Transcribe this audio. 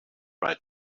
right